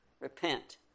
Repent